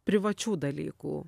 privačių dalykų